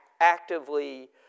actively